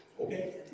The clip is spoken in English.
Okay